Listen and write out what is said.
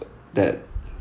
that